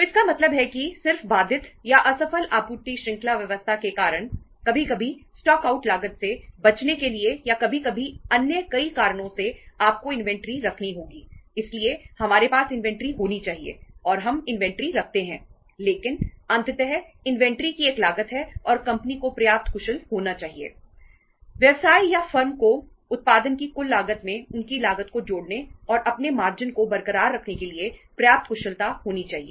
तो इसका मतलब है कि सिर्फ बाधित या असफल आपूर्ति श्रृंखला व्यवस्था के कारण कभी कभी स्टॉक आउट लागत से बचने के लिए या कभी कभी कई अन्य कारणों से आपको इन्वेंट्री रखनी होगी इसलिए हमारे पास इन्वेंट्री होनी चाहिए और हम इन्वेंट्री रखते हैं लेकिन अंततः इन्वेंट्री की एक लागत है और कंपनी को पर्याप्त कुशल होना चाहिए